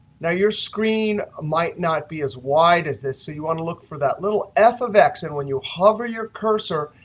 now, your screen might not be as wide as this, so you want to look for that little f of x. and when you hover your cursor,